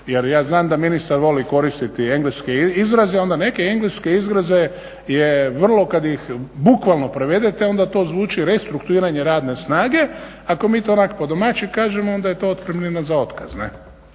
jer ja znam da ministar voli koristiti engleske izraze, onda neke engleske izraze je vrlo kad ih bukvalno prevedete onda to zvuči restruktuiranje radne snage. Ako mi to onak po domaći kažemo onda je to otpremnina za otkaz,